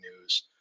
news